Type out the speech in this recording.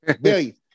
Billion